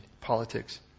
politics